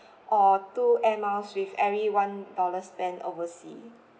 or two air miles with every one dollar spent overseas